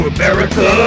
America